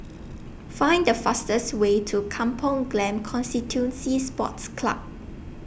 Find The fastest Way to Kampong Glam Constituency Sports Club